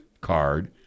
card